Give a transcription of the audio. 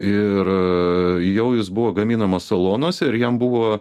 ir jau jis buvo gaminamas salonuose ir jam buvo